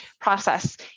process